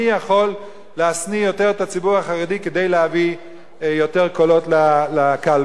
מי יכול להשניא יותר את הציבור החרדי כדי להביא יותר קולות לקלפי.